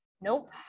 Nope